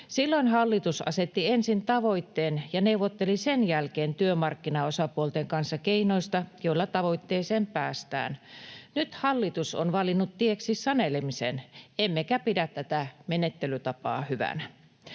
Silloin hallitus asetti ensin tavoitteen ja neuvotteli sen jälkeen työmarkkinaosapuolten kanssa keinoista, joilla tavoitteeseen päästään. Nyt hallitus on valinnut tieksi sanelemisen, emmekä pidä tätä menettelytapaa hyvänä.